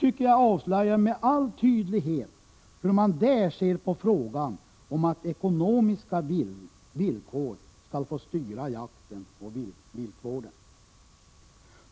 Den avslöjar med all tydlighet hur man där ser på att låta ekonomiska villkor styra jakten och viltvården.